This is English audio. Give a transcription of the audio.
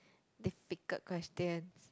difficult questions